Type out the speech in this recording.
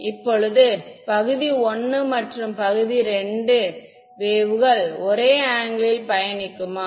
இப்போது பகுதி I மற்றும் பகுதி II வேவ்கள் ஒரே ஆங்கிள் ல் பயணிக்குமா